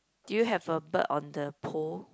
do you have a bird on the pole